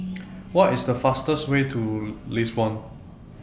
What IS The fastest Way to Lisbon